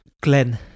Glenn